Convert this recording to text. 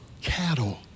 cattle